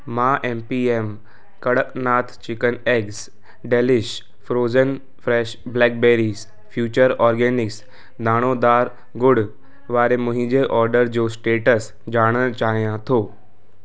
मां M P M Kadaknath chicken eggs delish frozen fresh black berries future organics दाणोदारु ॻुड़ वारे मुंहिंजे ऑडर जो स्टेटस ॼाणणु चाहियां थो